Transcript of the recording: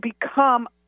become